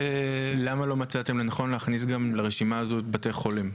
למה לא מצאתם לנכון להכניס גם לרשימה הזו בתי חולים?